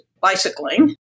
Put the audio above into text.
bicycling